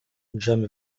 dżem